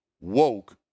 woke